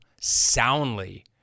soundly